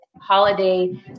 holiday